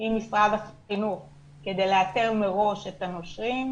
עם משרד החינוך כדי לאתר מראש את הנושרים,